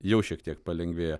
jau šiek tiek palengvėja